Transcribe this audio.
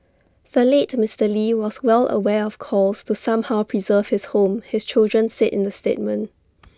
the late Mister lee was well aware of calls to somehow preserve his home his children said in the statement